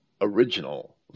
original